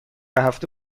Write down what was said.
هفته